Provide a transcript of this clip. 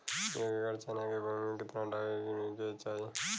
एक एकड़ चना के भूमि में कितना डाई डाले के चाही?